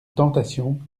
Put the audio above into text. tentation